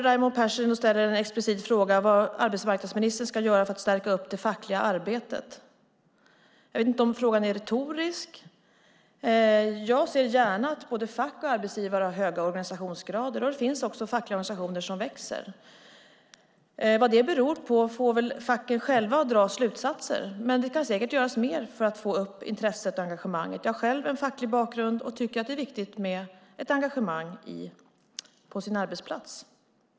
Raimo Pärssinen ställer en explicit fråga: Vad ska arbetsmarknadsministern göra för att stärka det fackliga arbetet? Jag vet inte om frågan är retorisk. Jag ser gärna att både fack och arbetsgivare har höga organisationsgrader. Det finns också fackliga organisationer som växer. Facken får väl själva dra slutsatsen av detta och vad det beror på. Men det kan säkert göras mer för att få upp intresset och engagemanget. Jag har själv en facklig bakgrund och tycker att det är viktigt med ett engagemang på arbetsplatsen.